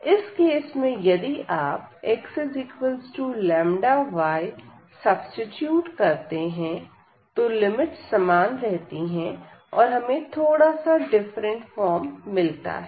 इस केस में यदि आप xλy सब्सीट्यूट करते हैं तो लिमिट्स समान रहती है और हमें थोड़ा सा डिफरेंट फॉर्म मिलता है